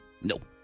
Nope